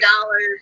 dollars